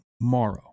tomorrow